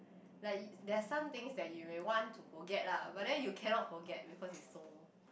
like there's some things that you may want to forget lah but then you cannot forget because it's so